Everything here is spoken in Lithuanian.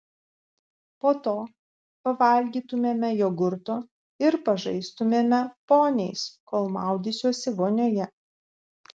po to pavalgytumėme jogurto ir pažaistumėme poniais kol maudysiuosi vonioje